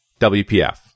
WPF